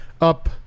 up